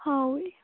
ꯍꯥꯎꯋꯦ